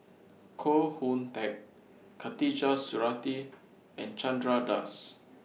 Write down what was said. Koh Hoon Teck Khatijah Surattee and Chandra Das